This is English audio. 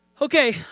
Okay